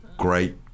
great